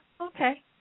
okay